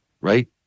right